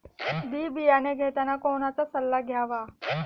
बी बियाणे घेताना कोणाचा सल्ला घ्यावा?